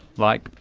like,